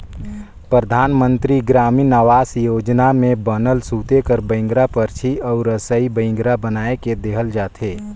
परधानमंतरी गरामीन आवास योजना में बनल सूते कर बइंगरा, परछी अउ रसई बइंगरा बनाए के देहल जाथे